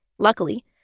Luckily